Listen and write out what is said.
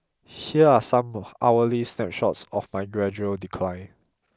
here are some hourly snapshots of my gradual decline